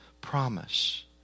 promise